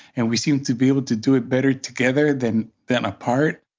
and we seem to be able to do it better together than than apart.